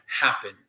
happen